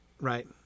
Right